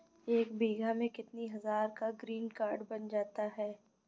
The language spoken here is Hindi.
एक बीघा में कितनी हज़ार का ग्रीनकार्ड बन जाता है?